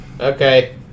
Okay